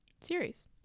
series